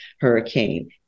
hurricane